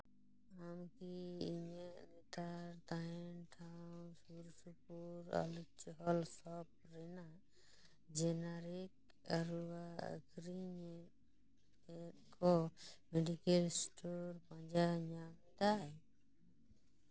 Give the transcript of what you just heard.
ᱟᱢ ᱠᱤ ᱤᱧᱟᱹᱜ ᱱᱮᱛᱟᱨ ᱛᱟᱦᱮᱱ ᱴᱷᱟᱶ ᱥᱩᱨᱼᱥᱩᱯᱩᱨ ᱟᱹᱞᱩᱨ ᱪᱚᱞ ᱥᱚᱯ ᱨᱮᱱᱟᱜ ᱡᱮᱱᱟᱨᱤᱠ ᱟᱹᱨᱩᱣᱟ ᱟᱹᱠᱷᱨᱤᱧ ᱮᱢ ᱠᱚ ᱢᱮᱰᱤᱠᱮᱞ ᱥᱴᱳᱨ ᱯᱟᱸᱡᱟ ᱧᱟᱢ ᱫᱟᱭ